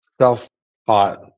self-taught